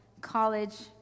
college